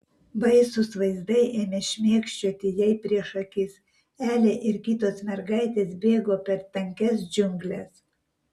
baisūs vaizdai ėmė šmėkščioti jai prieš akis elė ir kitos mergaitės bėgo per tankias džiungles